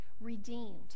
redeemed